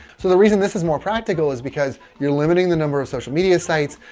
so the reason this is more practical is because you're limiting the number of social media sites,